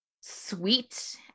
sweet